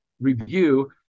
review